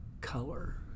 color